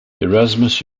erasmus